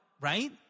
right